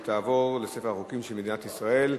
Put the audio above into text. והיא תעבור לספר החוקים של מדינת ישראל.